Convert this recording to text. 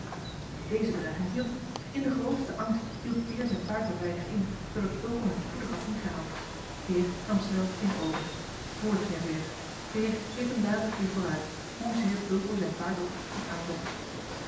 deze bedreiging hielp in den grootsten angst hield peer zijn paard een weinig in zoodat fulco hem spoedig had ingehaald peer nam snel het kind over voort ging het weer peer reed hem dadelijk weer vooruit hoezeer fulco zijn paard ook tot spoed aanzette